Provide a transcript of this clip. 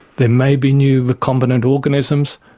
there may be new recombinant organisms,